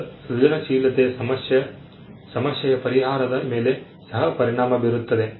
ಈಗ ಸೃಜನಶೀಲತೆಯು ಸಮಸ್ಯೆಯ ಪರಿಹಾರದ ಮೇಲೆ ಸಹ ಪರಿಣಾಮ ಬೀರುತ್ತದೆ